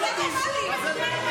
מטורף.